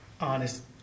honest